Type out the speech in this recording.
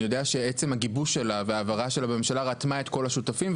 אני יודע שעצם הגיבוש שלה וההעברה שלה בממשלה רתמה את כל השותפים,